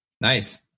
Nice